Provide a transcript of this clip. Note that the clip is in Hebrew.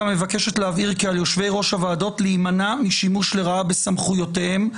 מבקשת להבהיר כי על יושבי-ראש הוועדות להימנע משימוש לרעה בסמכויותיהם,